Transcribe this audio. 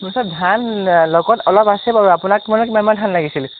মোৰ ওচৰত ধান লগত অলপ আছে বাৰু আপোনাক মানে কিমানমান ধান লাগিছিল